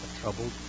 troubled